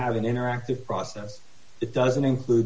have an interactive process that doesn't include